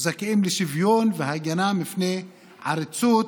וזכאים לשוויון והגנה מפני עריצות,